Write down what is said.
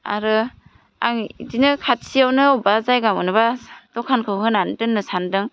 आरो आं बिदिनो खाथियावनो बबावबा जायगा मोनोबा द'खानखौ होनानै दोन्नो सान्दों